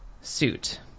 suit